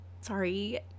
sorry